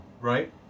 right